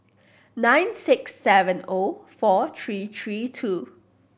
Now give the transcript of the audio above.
nine six seven O four three three two